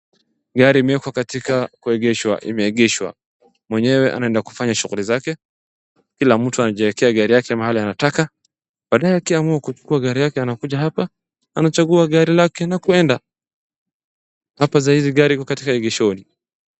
Gari imewekwa katika kuegeshwa, imeegeshwa. Mwenyewe anaenda kufanya shughuli zake, kila mtu anajiwekea gari yake mahali anataka, baadaye akiamua kuchukua gari anakuja hapa anachagua gari lake na kuenda, hapa sahizi gari liko katika egeshoni.